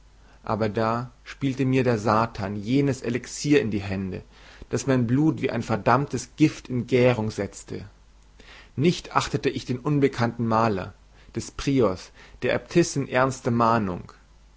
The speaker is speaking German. aber da spielte mir der satan jenes elixier in die hände das mein blut wie ein verdammtes gift in gärung setzte nicht achtete ich des unbekannten malers des priors der äbtissin ernste mahnung